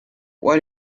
what